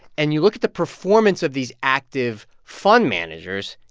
and you look at the performance of these active fund managers,